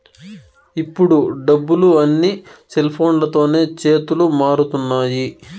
ఇప్పుడు డబ్బులు అన్నీ సెల్ఫోన్లతోనే చేతులు మారుతున్నాయి